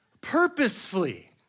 purposefully